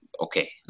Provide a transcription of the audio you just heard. okay